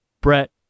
Brett